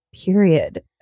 Period